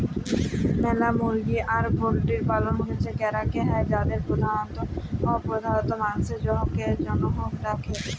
ম্যালা মুরগি আর পল্ট্রির পালল ক্যরাক হ্যয় যাদের প্রধালত মাংসের জনহে রাখে